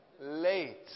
late